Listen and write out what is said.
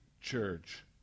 Church